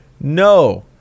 no